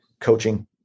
coaching